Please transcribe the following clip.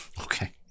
Okay